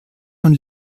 von